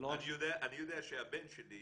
אני יודע שהבן שלי